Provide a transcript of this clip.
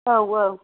औ औ